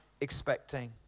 expecting